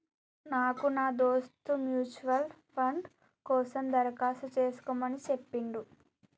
నాకు నా దోస్త్ మ్యూచువల్ ఫండ్ కోసం దరఖాస్తు చేసుకోమని చెప్పిండు